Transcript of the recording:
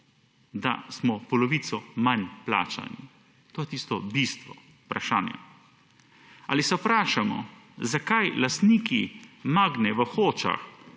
da smo polovico manj plačani? To je tisto bistvo vprašanja. Ali se vprašamo zakaj lastniki Magne v Hočah